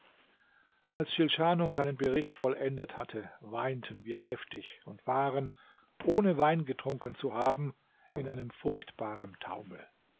als schilschanum seinen bericht vollendet hatte weinten wir heftig und waren ohne wein getrunken zu haben in einem furchtbaren taumel